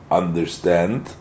understand